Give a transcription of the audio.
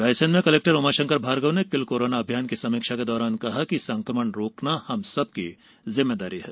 रायसेन में कलेक्टर उमाशंकर भार्गव ने kill corona अभियान की समीक्षा के दौरान कहा कि संकमण रोकना हम सभी की जिम्मेदारी है